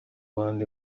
bandi